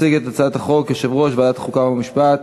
יציג את הצעת החוק יושב-ראש ועדת החוקה, חוק ומשפט